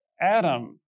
Adam